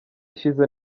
ishize